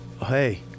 hey